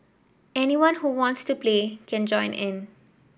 anyone who wants to play can join in